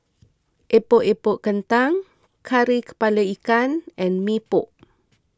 Epok Epok Kentang Kari Kepala Ikan and Mee Pok